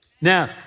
Now